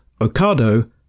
Ocado